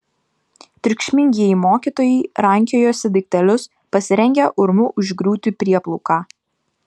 triukšmingieji mokytojai rankiojosi daiktelius pasirengę urmu užgriūti prieplauką